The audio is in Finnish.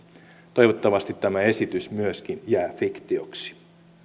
toivottavasti tämä esitys myöskin jää fiktioksi